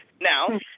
Now